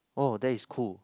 oh that is cool